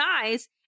eyes